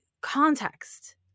context